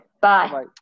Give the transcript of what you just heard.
Bye